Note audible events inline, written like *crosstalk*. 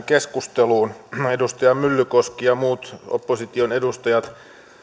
*unintelligible* keskusteluun edustaja myllykoski ja muut opposition edustajat